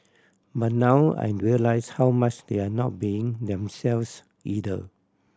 but now I realise how much they're not being themselves either